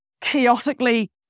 chaotically